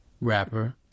rapper